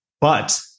But-